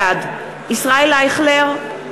בעד ישראל אייכלר,